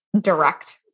direct